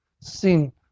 sin